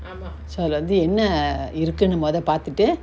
so அதுல வந்து என்ன இருக்குனு மொத பாத்துட்டு:athula vanthu enna irukunu motha pathutu